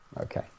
okay